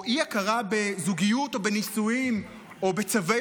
או אי-הכרה בזוגיות או בנישואים או בצווי